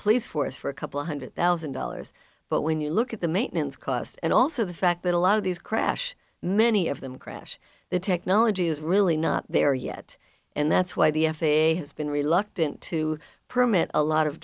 police force for a couple hundred thousand dollars but when you look at the maintenance costs and also the fact that a lot of these crash many of them crash the technology is really not there yet and that's why the f a a has been reluctant to permit a lot of